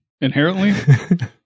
inherently